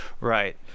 Right